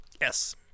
Yes